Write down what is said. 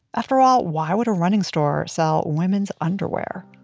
after all, why would a running store sell women's underwear?